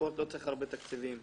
לא צריך הרבה תקציבים.